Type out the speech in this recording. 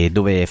dove